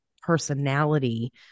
personality